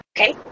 okay